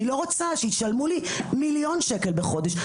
אני לא רוצה שישלמו לי מיליון שקל בחודש,